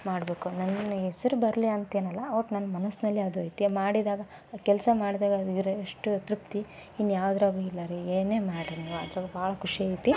ಮಾಡಬೇಕು ನನ್ನ ಹೆಸ್ರು ಬರಲಿ ಅಂತೇನಲ್ಲ ಒಟ್ಟು ನನ್ನ ಮನಸ್ಸಿನಲ್ಲಿ ಅದು ಐತೆ ಮಾಡಿದಾಗ ಆ ಕೆಲಸ ಮಾಡಿದಾಗ ಅದರಷ್ಟು ತೃಪ್ತಿ ಇನ್ಯಾವುದ್ರಾಗೂ ಇಲ್ಲ ರೀ ಏನೇ ಮಾಡಿರಿ ನೀವು ಅದ್ರಾಗ ಭಾಳ ಖುಷಿ ಐತಿ